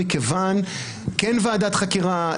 כן ועדת חקירה,